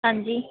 आं जी